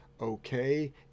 okay